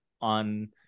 on